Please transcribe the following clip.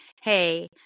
hey